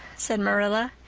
said marilla,